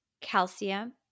calcium